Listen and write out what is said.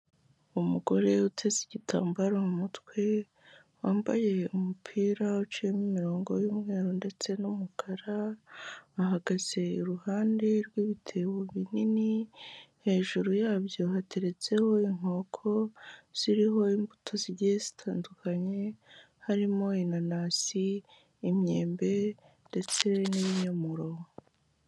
Umugore uteze igitambaro umutwe, wambaye umupira uciyemo imirongo y'umweru ndetse n'umukara, ahagaze iruhande rw'ibitebo binini, hejuru yabyo hateretseho inkoko ziriho imbuto zigiye zitandukanye, harimo inanasi, imyembe ndetse n'ibinyomoro.